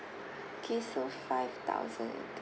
okay so five thousand and